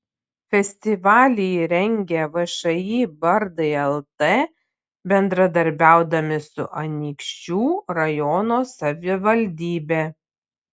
festivalį rengia všį bardai lt bendradarbiaudami su anykščių rajono savivaldybe